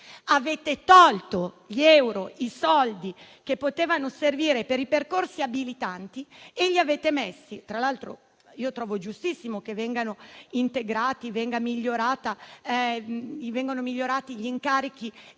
avete tolto gli euro, i soldi, che potevano servire per i percorsi abilitanti. Tra l'altro, trovo giustissimo che vengano integrati e migliorati gli incarichi